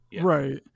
Right